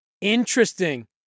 Interesting